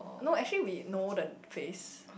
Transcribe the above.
no actually we know the face